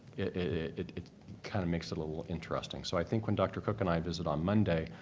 it it kind of makes it a little interesting. so i think when dr. cook and i visit on monday,